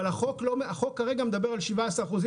אבל החוק כרגע מדבר על 17 אחוזים.